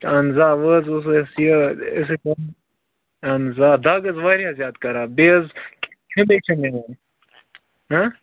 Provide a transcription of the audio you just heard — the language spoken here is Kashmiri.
اہن حظ آ ووں اہن حظ آ دَگ حظ واریاہ زیادٕ کَران بیٚیہِ حظ کھیٚنے کیٚنٛہہ یوان ہاں